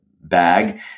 bag